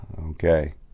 okay